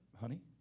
honey